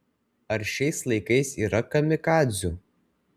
ar šiais laikais yra kamikadzių